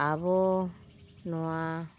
ᱟᱵᱚ ᱱᱚᱣᱟ